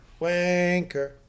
wanker